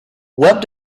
web